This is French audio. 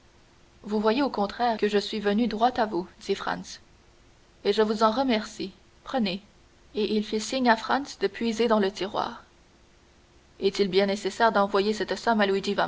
vous voyez au contraire que je suis venu droit à vous dit franz et je vous en remercie prenez et il fit signe à franz de puiser dans le tiroir est-il bien nécessaire d'envoyer cette somme